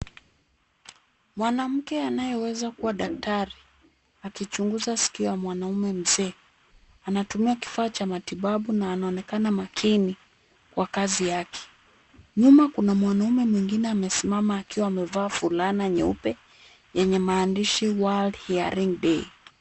Mwanamke anayeweza kuwa daktari akichunguza sikio ya mwanaume mzee. Anatumia kifaa cha matibabu na anaonekana makini kwa kazi yake. Nyuma kuna mwanaume mwingine amesimama, akiwa amevaa fulana nyeupe yenye maandishi world hearing day .